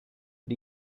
but